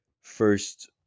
first